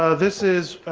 ah this is.